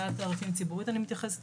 אני כמובן מתייחסת